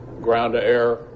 ground-to-air